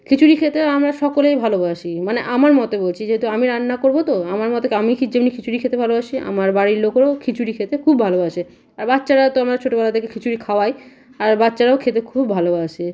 খিচুড়ি খেতে আমরা সকলেই ভালোবাসি মানে আমার মতে বলছি যেহেতু আমি রান্না করবো তো আমার মতে আমি যেমনি খিচুড়ি খেতে ভালোবাসি আমার বাড়ির লোকেরও খিচুড়ি খেতে খুব ভালোবাসে আর বাচ্চারা তো আমদের ছোটোবেলা থেকে খিচুড়ি খাওয়াই আর বাচ্চারাও খেতে খুব ভালোবাসে